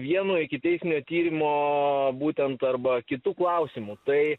vieno ikiteisminio tyrimo būtent arba kitų klausimų tai